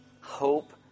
hope